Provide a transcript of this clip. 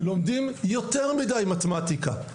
לומדים יותר מדי מתמטיקה,